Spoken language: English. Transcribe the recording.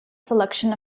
selection